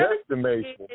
estimation